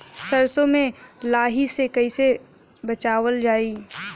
सरसो में लाही से कईसे बचावल जाई?